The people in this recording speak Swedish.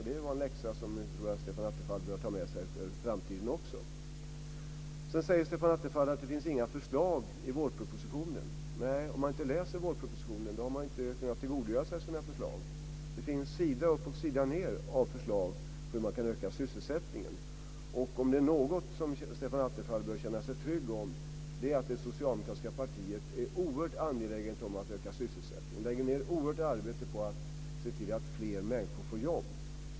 Det var en läxa som Stefan Attefall bör ta med sig inför framtiden också. Sedan säger Stefan Attefall att det inte finns några förslag i vårpropositionen. Nej, om man inte läser vårpropositionen kan man inte tillgodogöra sig förslagen. Det finns sida upp och sida ned med förslag om hur man kan öka sysselsättningen. Och om det är något som Stefan Attefall bör känna sig trygg med är det att det socialdemokratiska partiet är oerhört angeläget om att öka sysselsättningen. Det lägger ned ett oerhört arbete på att se till att fler människor får jobb.